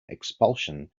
expulsion